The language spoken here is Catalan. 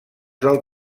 del